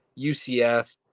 UCF